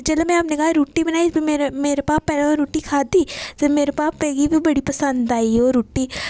जेल्लै में अपने घर रुट्टी बनानी ते ओह् मेरे भापै ओह् रुट्टी खाद्धी जेह्की मेरे भापै गी बी बड़ी पसंद आई ओह् रुट्टी